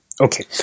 Okay